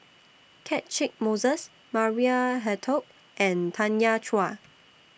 Catchick Moses Maria Hertogh and Tanya Chua